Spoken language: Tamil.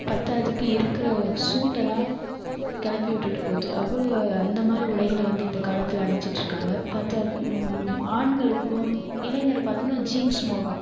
பத்தாததுக்கு இருக்கிற சூட்டெல்லாம் கிளப்பி விட்டுட்டு போது அவ்வளோவு அந்தமாதிரி உடைகளை வந்து இந்த காலத்தில் அணிஞ்சிகிட்டு இருக்காங்க பார்த்தா ஆண்களுக்கும் இளைஞர் பார்த்தோன்னா ஜீன்ஸ் மோகம்